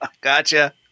Gotcha